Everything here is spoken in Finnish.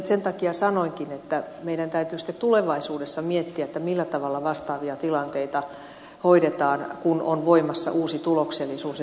sen takia sanoinkin että meidän täytyy sitten tulevaisuudessa miettiä millä tavalla vastaavia tilanteita hoidetaan kun on voimassa uusi tuloksellisuus ja vaikuttavuusohjelma